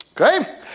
Okay